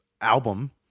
album